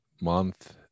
month